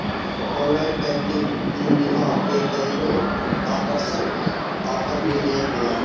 online banking ईबीमा के कईगो आकर्षक आफर भी देत बिया